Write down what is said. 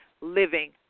living